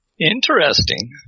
Interesting